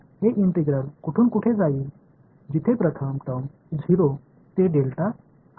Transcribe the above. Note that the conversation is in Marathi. हे इंटिग्रल कुठून कुठे जाईल जिथे प्रथम टर्म 0 ते आहे